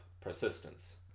persistence